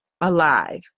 alive